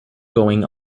going